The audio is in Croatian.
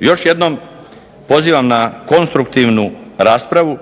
Još jednom pozivam na konstruktivnu raspravu.